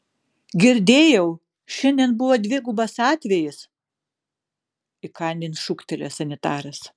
girdėjau šiandien buvo dvigubas atvejis įkandin šūktelėjo sanitaras